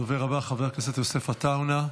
הדובר הבא, חבר הכנסת יוסף עטאונה,